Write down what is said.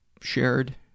shared